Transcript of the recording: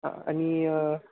हा आणि